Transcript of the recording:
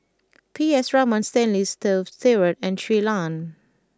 P S Raman Stanley Toft Stewart and Shui Lan